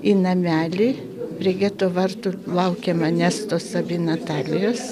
į namelį prie geto vartų ir laukė manęs tos abi natalijos